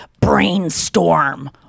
brainstorm